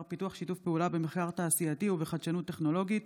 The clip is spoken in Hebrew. פיתוח שיתוף פעולה במחקר תעשייתי ובחדשנות טכנולוגית,